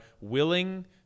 willing